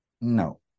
no